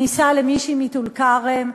נישא למישהי מטול-כרם,